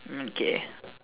okay